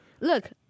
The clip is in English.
Look